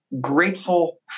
grateful